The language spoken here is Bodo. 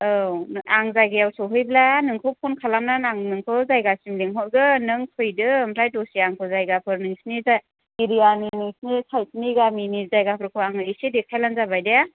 औ आं जायगायाव सहैब्ला नोंखौ फ'न खालामनानै आं नोंखौ जायगासिम लिंहरगोन नों फैदो ओमफ्राय दसे आंखौ जायगाफोर नोंसोरनि जाय एरियानि नोंसोरनि साइडनि गामिनि जायगाफोरखौ आंनो एसे देखायब्लानो जाबाय दे